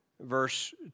Verse